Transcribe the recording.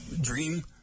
dream